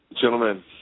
Gentlemen